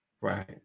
Right